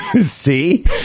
See